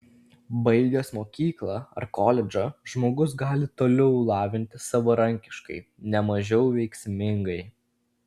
baigęs mokyklą ar koledžą žmogus gali toliau lavintis savarankiškai ne mažiau veiksmingai